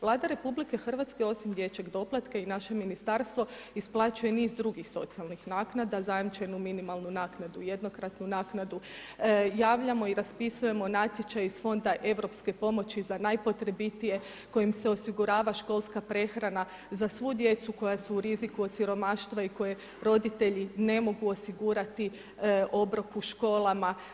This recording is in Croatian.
Vlada RH osim dječjeg doplatka i naše ministarstvo isplaćuje niz drugih socijalnih naknada, zajamčenu minimalnu naknadu, jednokratnu naknadu, javljamo i raspisujemo natječaje iz Fonda europske pomoći za najpotrebitije kojim se osigura školska prehrana za svu djecu koja su u riziku od siromaštva i koje roditelji ne mogu osigurati obrok u školama.